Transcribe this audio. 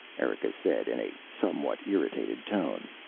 erika said in a somewhat irritated tone.